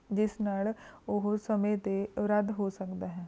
ਜਿਸ ਨਾਲ ਉਹ ਸਮੇਂ 'ਤੇ ਰੱਦ ਹੋ ਸਕਦਾ ਹੈ